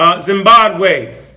Zimbabwe